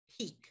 peak